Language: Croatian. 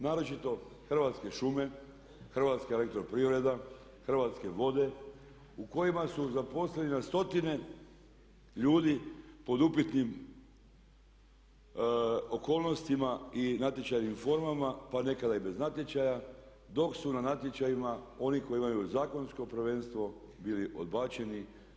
Naročito Hrvatske šume, HEP, Hrvatske vode u kojima su zaposleni na stotine ljudi pod upitnim okolnostima i natječajnim formama pa nekada i bez natječaja dok su na natječajima oni koji imaju zakonsko prvenstvo bili odbačeni.